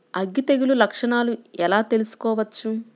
అగ్గి తెగులు లక్షణాలను ఎలా తెలుసుకోవచ్చు?